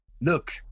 look